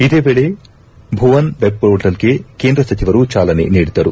ಇದೇ ವೇಳೆ ಭುವನ್ ವೆಬ್ ಪೋರ್ಟಲ್ಗೆ ಕೇಂದ್ರ ಸಚಿವರು ಚಾಲನೆ ನೀಡಿದರು